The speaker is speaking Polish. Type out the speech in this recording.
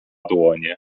dłonie